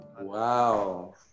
Wow